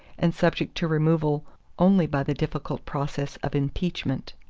and subject to removal only by the difficult process of impeachment.